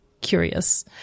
curious